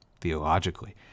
theologically